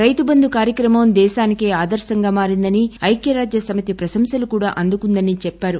రైతు బంధు కార్యాక్రమం దేశానికే ఆదర్పంగా మారిందని ఐక్సరాజ్య సమితి ప్రశంసలు కూడా అందుకుందని చెప్పారు